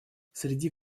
среди